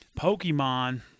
Pokemon